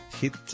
hit